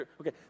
okay